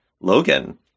Logan